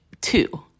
Two